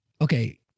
okay